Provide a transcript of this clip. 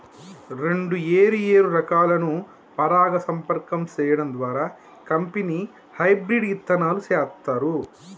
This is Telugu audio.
రెండు ఏరు ఏరు రకాలను పరాగ సంపర్కం సేయడం ద్వారా కంపెనీ హెబ్రిడ్ ఇత్తనాలు సేత్తారు